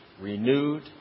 renewed